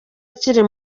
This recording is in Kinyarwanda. akiri